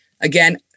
again